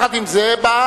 עם זאת,